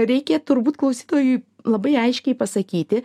reikia turbūt klausytojui labai aiškiai pasakyti